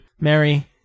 Mary